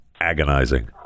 agonizing